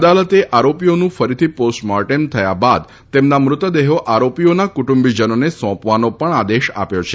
અદાલતે આરોપીઓનું ફરીથી પોસ્ટ મોર્ટેમ થયા બાદ તેમના મૃતદેહો આરોપીઓના કુટુંબીજનોને સોંપવાનો પણ આદેશ આપ્યો છે